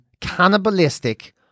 cannibalistic